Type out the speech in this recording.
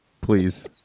Please